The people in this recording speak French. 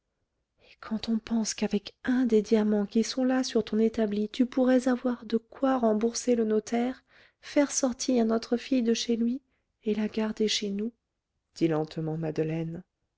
et quand on pense qu'avec un des diamants qui sont là sur ton établi tu pourrais avoir de quoi rembourser le notaire faire sortir notre fille de chez lui et la garder chez nous dit lentement madeleine